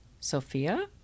Sophia